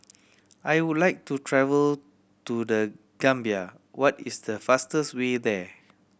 I would like to travel to The Gambia what is the fastest way there